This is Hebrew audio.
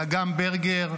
של אגם ברגר,